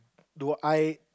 do I